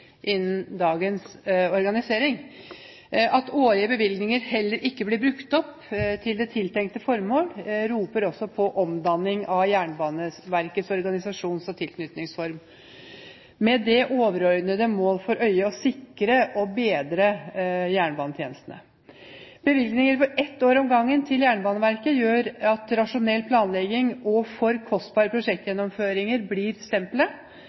innen dagens organisering. At årlige bevilgninger heller ikke blir brukt opp til det tiltenkte formål, roper også på omdanning av Jernbaneverkets organisasjons- og tilknytningsform, med det overordnede mål for øye å sikre og bedre jernbanetjenestene. Bevilgninger for ett år om gangen til Jernbaneverket gjør at urasjonell planlegging og for kostbare prosjektgjennomføringer blir